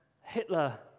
Hitler